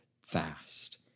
fast